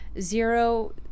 zero